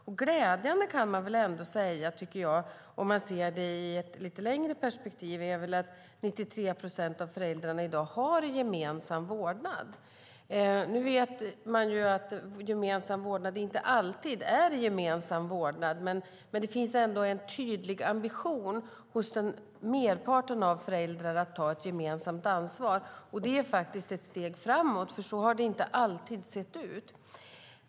Jag tycker att man ändå kan säga att det är glädjande, om man ser det i ett lite längre perspektiv, att 93 procent av föräldrarna i dag har gemensam vårdnad. Nu vet vi att gemensam vårdnad inte alltid är gemensam vårdnad, men det finns ändå en tydlig ambition hos merparten av föräldrar att ta ett gemensamt ansvar. Det är ett steg framåt, för så har det inte alltid sett ut.